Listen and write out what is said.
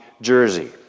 jersey